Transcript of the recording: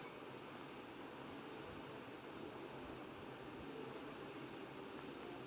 वर्तमान महानिदेशक सिंगापुर के डैरेन टैंग हैं